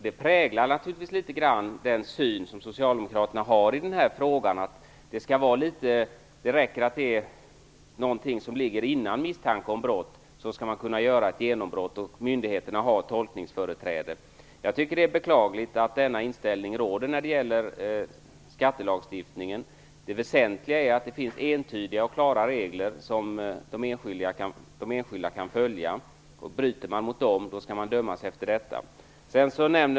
Detta präglar den syn socialdemokraterna har i denna fråga: det räcker att det finns någonting som ligger före misstanke om brott för att man skall kunna göra ett genombrott, och myndigheterna har tolkningsföreträde. Jag tycker att det är beklagligt att denna inställning råder när det gäller skattelagstiftning. Det väsentliga är att det finns entydiga och klara regler som de enskilda kan följa. Bryter man mot dem skall man dömas efter det.